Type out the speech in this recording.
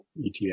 ETF